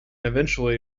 eventually